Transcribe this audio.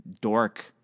dork